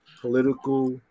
political